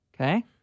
Okay